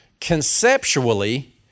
Conceptually